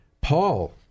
Paul